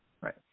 Right